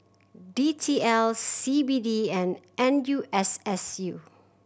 D T L C B D and N U S S U